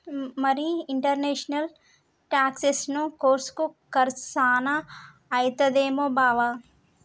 మరి ఇంటర్నేషనల్ టాక్సెసను కోర్సుకి కర్సు సాన అయితదేమో బావా